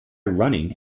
running